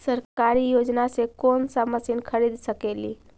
सरकारी योजना से कोन सा मशीन खरीद सकेली?